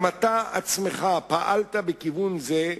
גם אתה עצמך פעלת בכיוון זה,